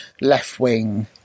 left-wing